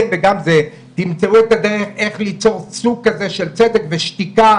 הוועדה ימצאו את הדרך איך ליצור צוק של צדק ושתיקה